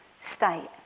state